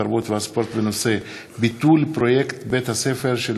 התרבות והספורט בנושא ביטול פרויקט "בתי-הספר של